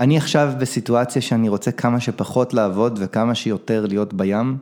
אני עכשיו בסיטואציה שאני רוצה כמה שפחות לעבוד וכמה שיותר להיות בים